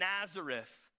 Nazareth